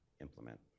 implement